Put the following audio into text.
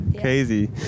crazy